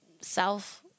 self